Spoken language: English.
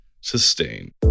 sustain